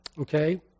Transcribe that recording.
Okay